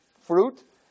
fruit